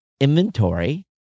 inventory